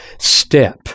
step